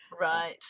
Right